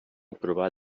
provar